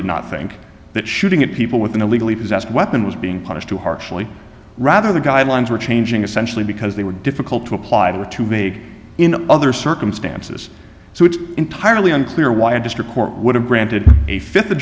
did not think that shooting at people with an illegally possessed weapon was being punished too harshly rather the guidelines were changing essentially because they were difficult to apply the too big in other circumstances so it's entirely unclear why a district court would have granted a fifth